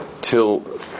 till